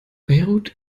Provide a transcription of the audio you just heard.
beirut